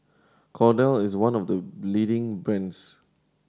Kordel is one of the leading brands